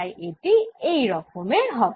তাই এটি এই রকমের হবে